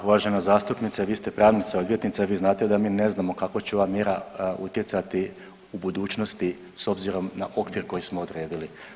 Uvažena zastupnice, vi ste pravnica, odvjetnica vi znate da mi ne znamo kako će ova mjera utjecati u budućnosti s obzirom na okvir koji smo odredili.